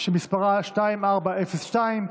שמספרה פ/2402,